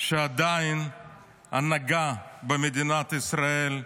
שההנהגה במדינת ישראל,